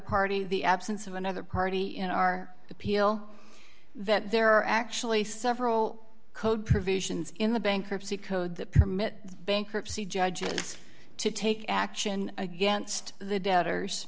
party the absence of another party in our appeal that there are actually several code provisions in the bankruptcy code that permit bankruptcy judges to take action against the doubters